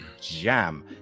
jam